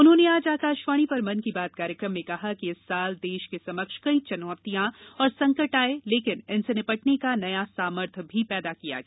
उन्होंने आज आकाशवाणी पर मन की बात कार्यक्रम में कहा कि इस साल देश के समक्ष कई चुनौतियां और संकट आये लेकिन इनसे निपटने का नया सामर्थ भी पैदा किया गया